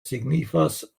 signifas